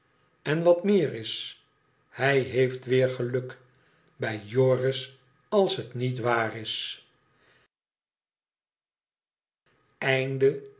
en wat meer is hij heeft weer geluk bij joris als het niet waar is